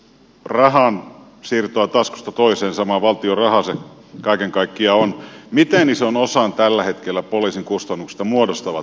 rahan siirtoa taskusta toiseen samaa valtion rahaa sen kaiken kaikkiaan mitään isoon osaan tällä hetkellä poliisin kustannusta muodostava